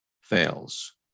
fails